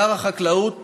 שר החקלאות